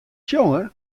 sjonge